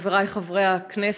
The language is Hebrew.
חבריי חברי הכנסת,